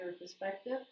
perspective